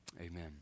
Amen